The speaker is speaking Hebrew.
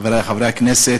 חברי חברי הכנסת,